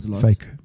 Fake